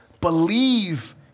believe